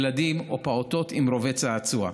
ילדים או פעוטות עם רובי צעצוע.